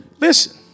Listen